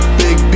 big